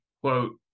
quote